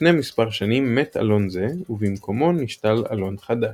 לפני מספר שנים מת אלון זה ובמקומו נשתל אלון חדש.